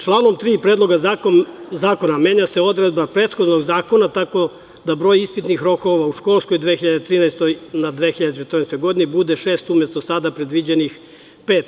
Članom 3. Predloga zakona menja se odredba prethodnog zakona, tako da broji ispitnih rokova u školskoj 2013/2014. godini bude šest, umesto sada predviđenih pet.